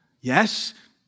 Yes